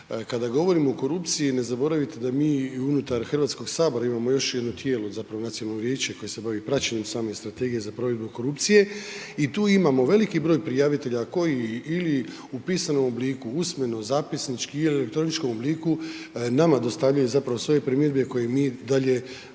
Kada govorimo o korupciji ne zaboravite da mi i unutar HS imamo još jedno tijelo, zapravo nacionalno vijeće koje se bavi praćenjem same strategije za provedbu korupcije i tu imamo veliki broj prijavitelja koji ili u pisanom obliku, usmeno, zapisnički i u elektroničkom obliku nama dostavljaju zapravo svoje primjedbe koje mi dalje